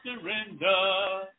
surrender